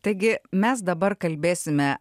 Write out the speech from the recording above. taigi mes dabar kalbėsime